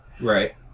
Right